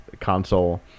console